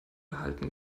erhalten